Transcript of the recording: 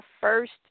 first